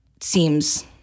seems